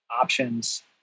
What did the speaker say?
options